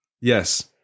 yes